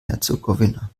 herzegowina